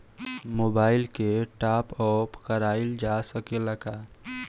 Mobile के टाप आप कराइल जा सकेला का?